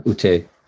Ute